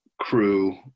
crew